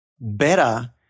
Better